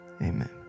amen